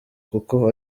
kuko